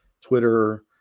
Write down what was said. Twitter